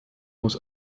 muss